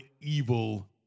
evil